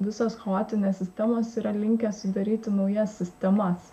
visos chaotinės sistemos yra linkę sudaryti naujas sistemas